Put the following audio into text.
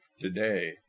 today